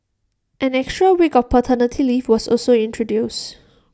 an extra week of paternity leave was also introduced